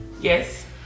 Yes